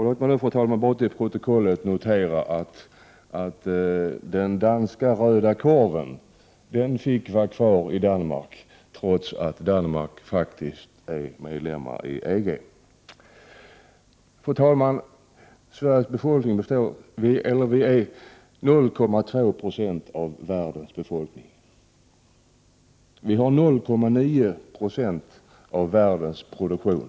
Låt mig därför, fru talman, till protokollet få noterat att den danska röda korven fick vara kvar i Danmark, trots att Danmark blev medlem i EG. Fru talman! Sveriges befolkning utgör 0,2 96 av världens befolkning. Sverige har 0,9 96 av världens produktion.